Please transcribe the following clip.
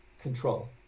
control